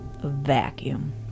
Vacuum